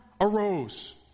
arose